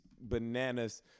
bananas